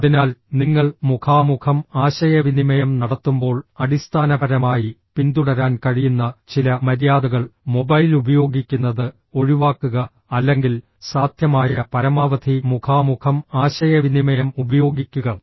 അതിനാൽ നിങ്ങൾ മുഖാമുഖം ആശയവിനിമയം നടത്തുമ്പോൾ അടിസ്ഥാനപരമായി പിന്തുടരാൻ കഴിയുന്ന ചില മര്യാദകൾ മൊബൈൽ ഉപയോഗിക്കുന്നത് ഒഴിവാക്കുക അല്ലെങ്കിൽ സാധ്യമായ പരമാവധി മുഖാമുഖം ആശയവിനിമയം ഉപയോഗിക്കുക